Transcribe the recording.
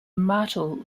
martel